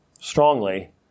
strongly